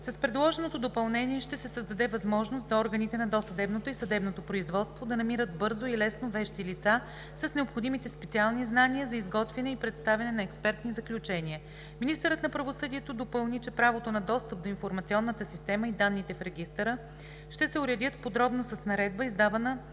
С предложеното допълнение ще се създаде възможност за органите на досъдебното и съдебното производство да намират бързо и лесно вещи лица с необходимите специални знания за изготвяне и представяне на експертни заключения. Министърът на правосъдието допълни, че правото на достъп до информационната система и данните в регистъра ще се уредят подробно с наредба, издавана